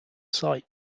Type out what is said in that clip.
site